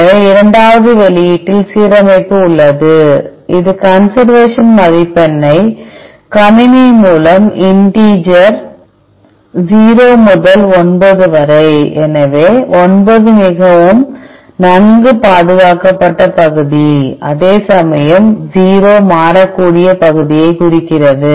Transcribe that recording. எனவே இரண்டாவது வெளியீட்டில் சீரமைப்பு உள்ளது இங்கு கன்சர்வேஷன் மதிப்பெண்ணுடன் கணினி மூலம் இண்டீஜர் 0 முதல் 9 வரை எனவே 9 மிகவும் நன்கு பாதுகாக்கப்பட்ட பகுதி அதேசமயம் 0 மாறக்கூடிய பகுதியைக் குறிக்கிறது